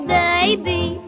baby